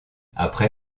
après